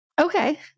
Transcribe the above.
Okay